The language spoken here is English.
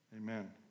Amen